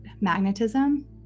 magnetism